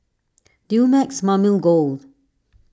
Dumex Mamil Gold